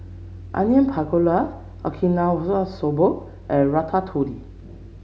Onion Pakora Okinawa Soba and Ratatouille